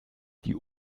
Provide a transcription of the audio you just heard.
die